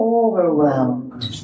overwhelmed